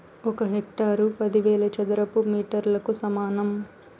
ఒక హెక్టారు పదివేల చదరపు మీటర్లకు సమానం